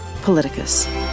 Politicus